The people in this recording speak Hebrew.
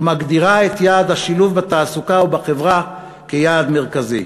ומגדירה את יעד השילוב בתעסוקה ובחברה כיעד מרכזי.